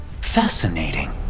Fascinating